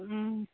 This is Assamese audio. ও